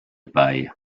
bei